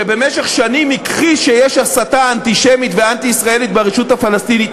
שבמשך שנים הכחיש שיש הסתה אנטישמית ואנטי-ישראלית ברשות הפלסטינית,